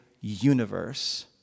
universe